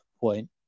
point